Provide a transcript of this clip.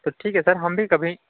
तो ठीक है सर हम भी कभी